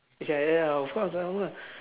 ya ya ya of course our